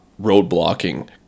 roadblocking